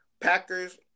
Packers